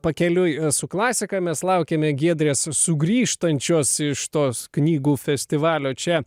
pakeliui su klasika mes laukiame giedrės sugrįžtančios iš tos knygų festivalio čia